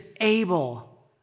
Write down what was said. able